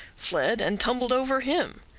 fled, and tumbled over him.